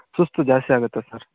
ಸುಸ್ತು ಜಾಸ್ತಿ ಆಗುತ್ತೆ ಸರ್